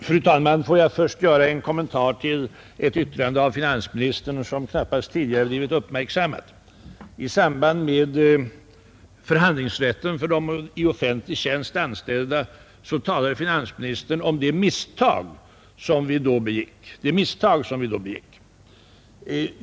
Fru talman! Får jag först göra en kommentar till ett yttrande av finansministern vilket knappast tidigare blivit uppmärksammat. I samband med förhandlingsrätten för de i offentlig tjänst anställda talade finansministern om ”det misstag, som vi då begick”.